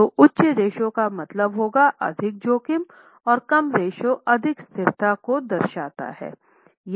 तो उच्च रेश्यो का मतलब होगा अधिक जोखिम और कम रेश्यो अधिक स्थिरता को दर्शाता है